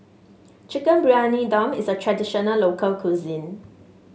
Chicken Briyani Dum is a traditional local cuisine